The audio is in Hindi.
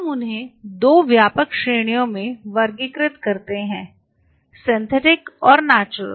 हम उन्हें 2 व्यापक श्रेणियों वर्गीकृत करते हैं सिंथेटिक और नेचुरल